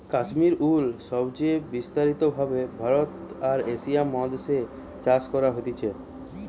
কাশ্মীর উল সবচে বিস্তারিত ভাবে ভারতে আর এশিয়া মহাদেশ এ চাষ করা হতিছে